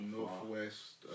Northwest